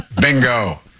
Bingo